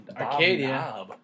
Arcadia